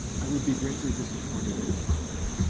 i would be greatly disappointed in the project.